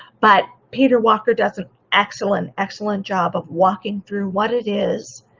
but peter walker does an excellent, excellent job of walking through what it is,